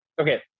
Okay